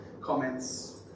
comments